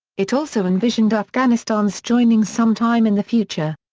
it also envisioned afghanistan's joining some time in the future.